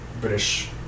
British